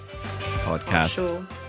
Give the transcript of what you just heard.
podcast